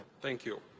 thank you.